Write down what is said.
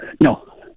No